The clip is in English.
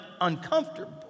uncomfortable